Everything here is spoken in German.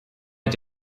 mit